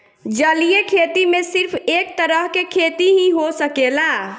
जलीय खेती में सिर्फ एक तरह के खेती ही हो सकेला